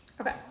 Okay